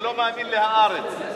הוא לא מאמין ל"הארץ".